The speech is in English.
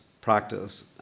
practice